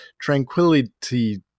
Tranquility